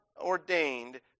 ordained